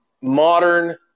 modern